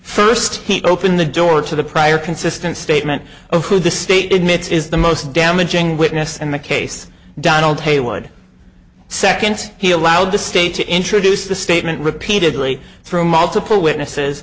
first he opened the door to the prior consistent statement of who the state admits is the most damaging witness in the case donald heywood seconds he allowed to stay to introduce the statement repeatedly through multiple witnesses